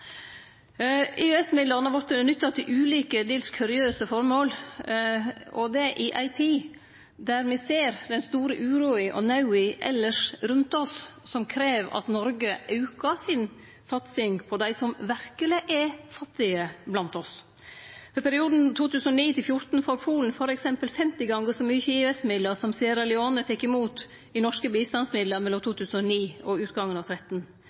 nytta til ulike, dels kuriøse føremål, og det i ei tid da me ser den store uroa og nauda elles rundt oss, som krev at Noreg aukar satsinga si på dei blant oss som verkeleg er fattige. For perioden 2009–2014 får Polen f.eks. 50 gonger så mykje i EØS-midlar som Sierra Leone tok imot i norske bistandsmidlar mellom 2009 og utgangen av